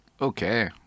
okay